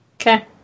Okay